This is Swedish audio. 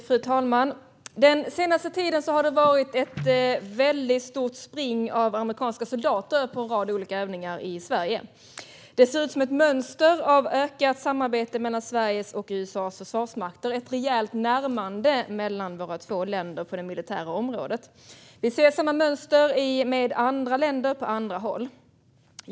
Fru talman! Den senaste tiden har det varit ett väldigt stort spring av amerikanska soldater på en rad olika övningar i Sverige. Det ser ut som ett mönster av ökat samarbete mellan Sveriges och USA:s försvarsmakter - ett rejält närmande mellan våra två länder på det militära området. Vi ser samma mönster i och med andra länder på andra håll.